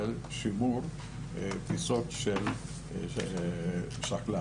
של שימור פיסות של שחלה.